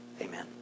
Amen